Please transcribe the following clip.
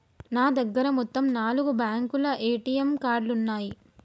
నా దగ్గర మొత్తం నాలుగు బ్యేంకుల ఏటీఎం కార్డులున్నయ్యి